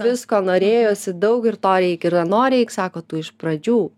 visko norėjosi daug ir to reikia ir ano reik sako tu iš pradžių